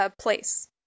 place